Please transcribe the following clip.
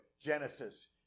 Genesis